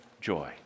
joy